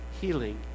healing